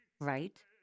right